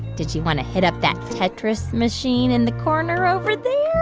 did you want to hit up that tetris machine in the corner over there,